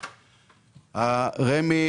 הרמ"י,